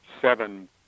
seven